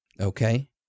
Okay